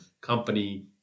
company